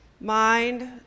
mind